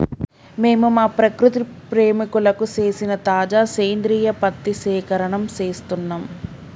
మేము మా ప్రకృతి ప్రేమికులకు సేసిన తాజా సేంద్రియ పత్తి సేకరణం సేస్తున్నం